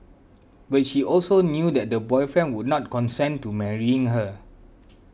but she also knew that the boyfriend would not consent to marrying her